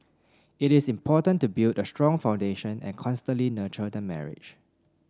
it is important to build a strong foundation and constantly nurture the marriage